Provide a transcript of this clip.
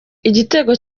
igitego